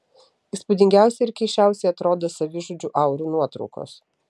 įspūdingiausiai ir keisčiausiai atrodo savižudžių aurų nuotraukos